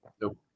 Nope